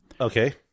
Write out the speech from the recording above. Okay